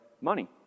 money